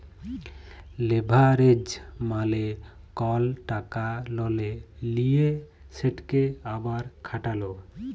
leverage মালে কল টাকা ললে লিঁয়ে সেটকে আবার খাটালো